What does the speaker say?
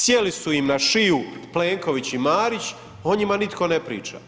Sjeli su im na šiju Plenković i Marić, o njima nitko ne priča.